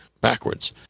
Backwards